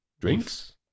Drinks